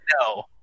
no